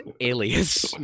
alias